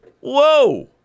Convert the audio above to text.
Whoa